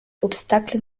obstacle